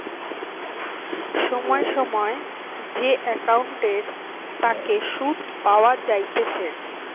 সময় সময় যে একাউন্টের তাকে সুধ পাওয়া যাইতেছে